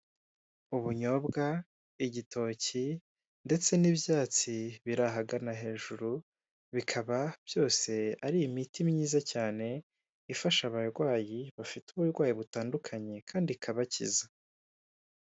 Ubunyobwa, igitoki ndetse n'ibyatsi, biri ahagana hejuru, bikaba byose ari imiti myiza cyane, ifasha abarwayi bafite uburwayi butandukanye, kandi ikabakiza.